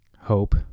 hope